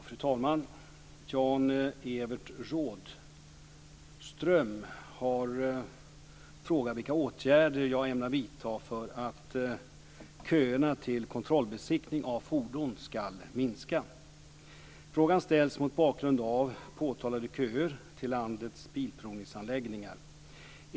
Fru talman! Jan-Evert Rådhström har frågat vilka åtgärder jag ämnar vidta för att köerna till kontrollbesiktning av fordon ska minska. Frågan ställs mot bakgrund av påtalade köer till landets bilprovningsanläggningar.